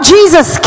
Jesus